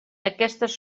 aquestes